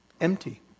empty